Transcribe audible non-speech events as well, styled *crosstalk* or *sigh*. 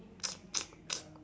*noise*